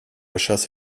chasse